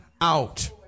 out